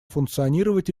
функционировать